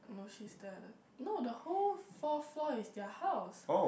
no she stay at the no the whole fourth floor is their house